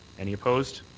any opposed?